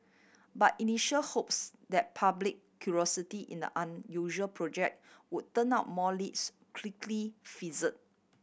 but initial hopes that public curiosity in the unusual project would turn up more leads quickly fizzled